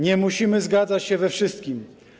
Nie musimy zgadzać się we wszystkim.